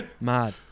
Mad